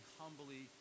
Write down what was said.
humbly